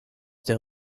der